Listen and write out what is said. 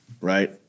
right